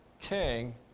king